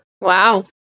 Wow